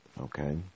okay